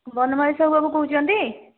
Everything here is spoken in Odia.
ବନମାଳୀ ସାହୁ ବାବୁ କହୁଛନ୍ତି